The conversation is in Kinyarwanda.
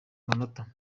amanota